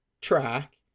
track